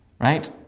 Right